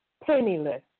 penniless